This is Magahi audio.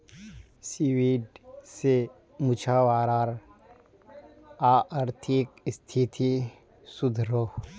सीवीड से मछुवारार अआर्थिक स्तिथि सुधरोह